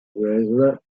voueize